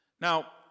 now